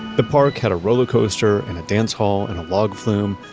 the park had a rollercoaster and a dance hall and a log flume,